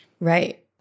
Right